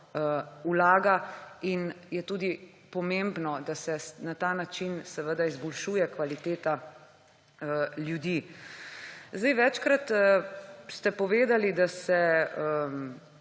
in je tudi pomembno, da se na ta način izboljšuje kvaliteta ljudi. Večkrat ste povedali, da se